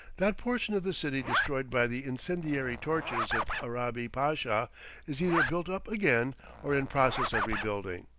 that portion of the city destroyed by the incendiary torches of arabi pasha is either built up again or in process of rebuilding.